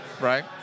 right